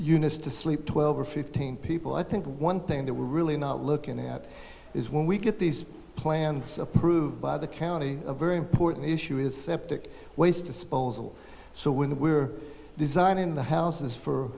units to sleep twelve or fifteen people i think one thing that we're really not looking at is when we get these plants approved by the county a very important issue with septic waste disposal so when we're designing the houses for